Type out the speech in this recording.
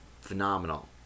phenomenal